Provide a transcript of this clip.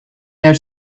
their